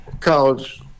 College